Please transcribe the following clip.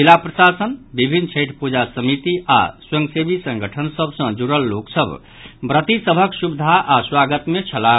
जिला प्रशासन विभिन्न छठि पूजा समिति आओर स्वयंसेवी संगठन सभ सॅ जुडल लोकसभ व्रती सभक सुविधा आ स्वागत मे छलाह